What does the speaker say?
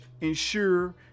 ensure